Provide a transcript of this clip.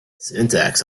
syntax